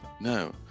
No